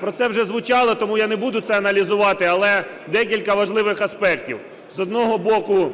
Про це вже звучало, тому я не буду це аналізувати. Але декілька важливих аспектів. З одного боку,